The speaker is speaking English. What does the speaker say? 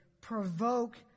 provoke